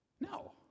No